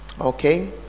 okay